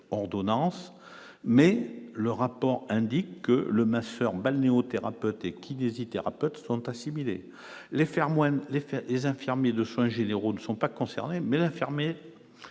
ordonnance, mais le rapport indique que le masseur balnéo thérapeute et kinésithérapeutes sont assimilé les faire moins l'effet des infirmiers de soins généraux ne sont pas concernés, mais la fermer